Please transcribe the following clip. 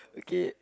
okay